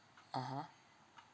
(uh huh)